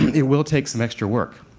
it will take some extra work,